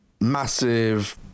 massive